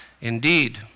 indeed